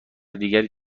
دیگری